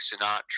Sinatra